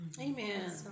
Amen